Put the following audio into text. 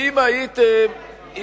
ואז, מה היית עושה?